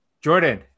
Jordan